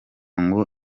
ngo